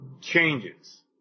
changes